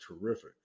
terrific